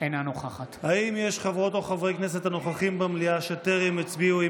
אינה נוכחת האם יש חברות או חברי כנסת הנוכחים במליאה שטרם הצביעו?